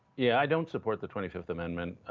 yeah i don't support the twenty fifth amendment.